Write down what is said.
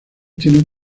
tienen